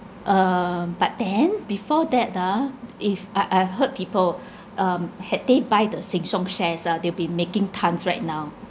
uh but then before that ah if I~ I've heard people um had they buy the sheng siong shares ah they'll be making tons right now